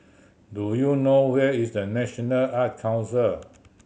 do you know where is The National Art Council